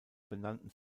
benannten